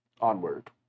Onward